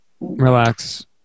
Relax